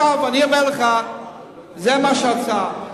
כולם מקבלים.